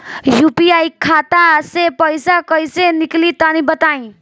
UPI खाता से पइसा कइसे निकली तनि बताई?